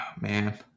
man